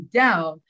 down